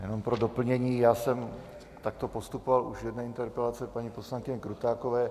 Jenom pro doplnění, já jsem takto postupoval už u jedné interpelace paní poslankyně Krutákové.